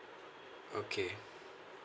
okay